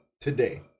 today